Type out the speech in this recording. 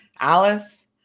Alice